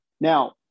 now